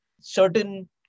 certain